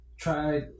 try